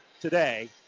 today